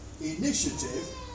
initiative